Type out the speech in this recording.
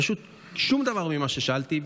פשוט שום דבר ממה ששאלתי,